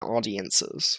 audiences